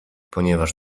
ponieważ